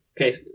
Okay